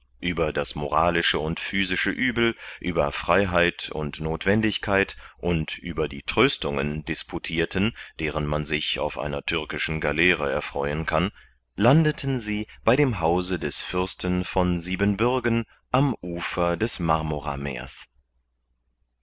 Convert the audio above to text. über das moralische und physische uebel über freiheit und nothwendigkeit und über die tröstungen disputirten deren man sich auf einer türkischen galeere erfreuen kann landeten sie bei dem hause des fürsten von siebenbürgen am ufer marmorameers